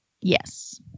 Yes